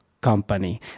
company